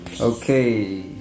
Okay